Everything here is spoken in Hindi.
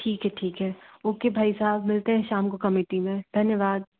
ठीक है ठीक है ओके भाई साहब मिलते हैं शाम को कमेटी में धन्यवाद